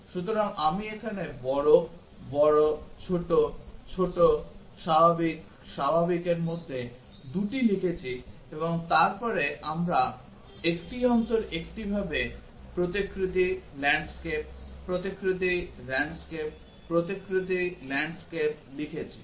সুতরাং আমি এখানে বড় বড় ছোট ছোট স্বাভাবিক স্বাভাবিক এর মধ্যে 2 টি লিখেছি এবং তারপরে আমরা একটি অন্তর একটি ভাবে প্রতিকৃতি ল্যান্ডস্কেপ প্রতিকৃতি ল্যান্ডস্কেপ প্রতিকৃতি ল্যান্ডস্কেপ লিখেছি